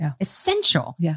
essential